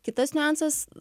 kitas niuansas